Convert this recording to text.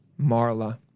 Marla